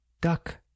Duck